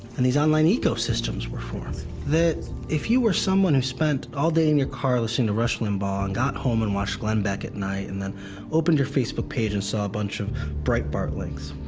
and these online ecosystems were forming. that if you were someone who spent all day in your car listening to rush limbaugh and got home and watched glenn beck at night and then opened your facebook page and saw a bunch of breitbart links,